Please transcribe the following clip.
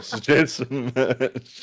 jason